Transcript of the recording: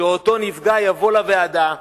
שאותו נפגע יבוא לוועדה,